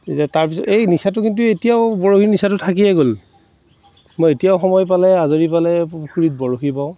এতিয়া তাৰপিছত এই নিচাটো কিন্তু এতিয়াও বৰশীৰ নিচাটো থাকিয়ে গ'ল মই এতিয়াও সময় পালে আজৰি পালে পুখুৰীত বৰশী বাওঁ